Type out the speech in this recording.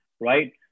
right